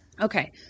Okay